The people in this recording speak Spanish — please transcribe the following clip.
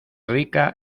rica